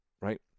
right